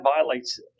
violates